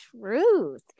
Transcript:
truth